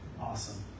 Awesome